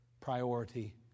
priority